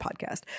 podcast